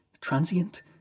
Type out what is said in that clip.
transient